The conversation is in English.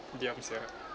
diam sia